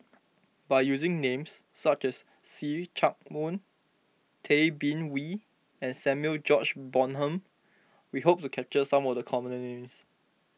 by using names such as See Chak Mun Tay Bin Wee and Samuel George Bonham we hope to capture some of the common names